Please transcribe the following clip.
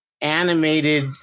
animated